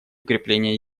укрепления